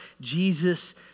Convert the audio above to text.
Jesus